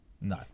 no